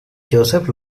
joseph